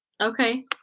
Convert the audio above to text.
Okay